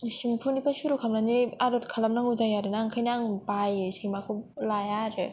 सेम्पुनिफ्राय सुरु खालामनानै आदर खालामनांगौ जायो ना ओंखायनो आं बायो सैमाखौ लाया आरो